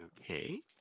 Okay